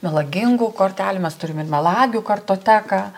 melagingų kortelių mes turim ir melagių kartoteką